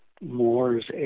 Moore's